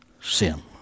sin